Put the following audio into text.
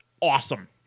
Awesome